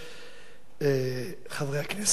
חברי הכנסת המעטים,